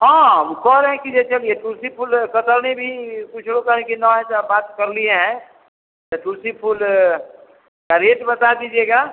हाँ हम कहे रहें कि जैसे अब ये तुलसी फूल कतरनी भी कुछ लोग कह रहें कि न है तो बात कर लिए हैं या तुलसी फूल का रेट बता दीजिएगा